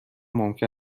ممکن